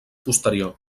posterior